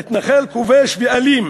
למתנחל כובש ואלים